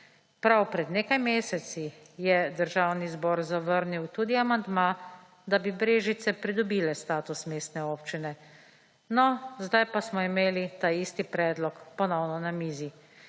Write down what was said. Prav pred nekaj meseci je Državni zbor zavrnil tudi amandma, da bi Brežice pridobile status Mestne občine. No, zdaj pa smo imeli taisti predlog ponovno na mizi.